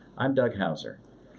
i'm doug houser.